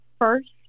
first